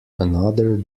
another